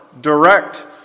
direct